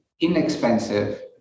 inexpensive